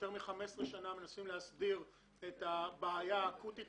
יותר מ-15 שנה מנסים להסדיר את הבעיה האקוטית